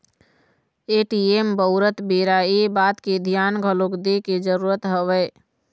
ATM बउरत बेरा ये बात के धियान घलोक दे के जरुरत हवय